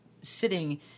sitting